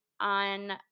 on